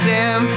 Sam